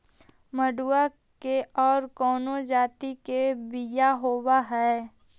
मडूया के और कौनो जाति के बियाह होव हैं?